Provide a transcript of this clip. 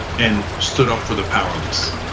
and stood up for the powerless.